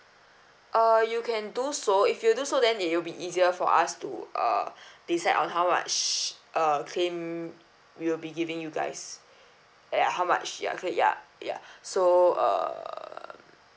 uh you can do so if you do so then it will be easier for us to uh decide on how much uh claim we'll be giving you guys like how much ya cl~ ya ya so uh